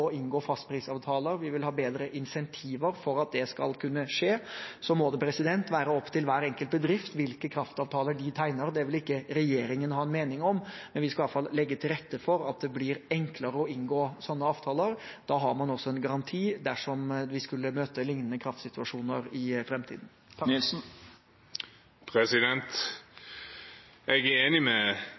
inngå fastprisavtaler. Vi vil ha bedre insentiver for at det skal kunne skje. Så må det være opp til hver enkelt bedrift hvilke kraftavtaler de tegner. Det vil ikke regjeringen ha en mening om, men vi skal i hvert fall legge til rette for at det blir enklere å inngå sånne avtaler. Da har man også en garanti dersom vi skulle møte lignende kraftsituasjoner i framtiden. Jeg er enig med